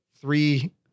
three